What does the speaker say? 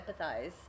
empathize